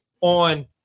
on